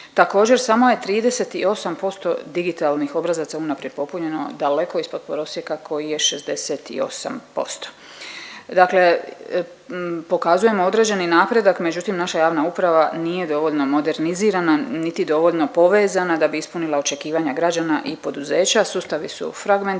Također samo je 38% digitalnih obrazaca unaprijed popunjeno, daleko ispod prosjeka koji je 68%. Dakle, pokazujemo određeni napredak međutim naša javna uprava nije dovoljno modernizirana niti dovoljno povezana da bi ispunila očekivanja građana i poduzeća, sustavi su fragmentirani